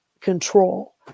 control